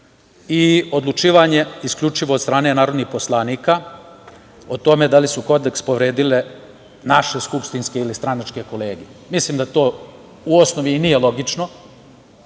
i odlučivanje isključivo od strane narodnih poslanika, o tome da li su Kodeks povredile naše skupštinske ili stranačke kolege. Mislim, da to u osnovi i nije logično